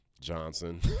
Johnson